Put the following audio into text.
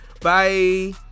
Bye